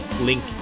link